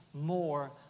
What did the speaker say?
more